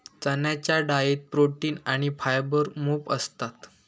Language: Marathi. चण्याच्या डाळीत प्रोटीन आणी फायबर मोप असता